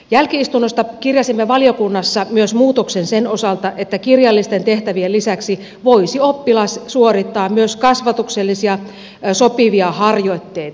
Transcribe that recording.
jälki istunnosta kirjasimme valiokunnassa myös muutoksen sen osalta että kirjallisten tehtävien lisäksi voisi oppilas suorittaa myös sopivia kasvatuksellisia harjoitteita